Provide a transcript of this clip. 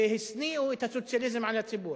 והשניאו את הסוציאליזם על הציבור,